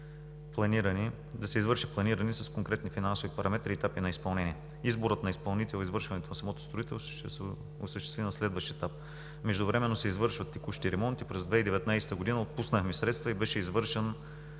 да се извърши планиране с конкретни финансови параметри и етапи на изпълнение. Изборът на изпълнител и извършването на самото строителство ще се осъществи на следващ етап. Междувременно се извършват текущи ремонти. През 2019 г. отпуснахме средства и беше извършен